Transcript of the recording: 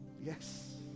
Yes